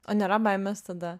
o nėra baimės tada